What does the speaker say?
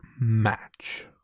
match